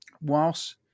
whilst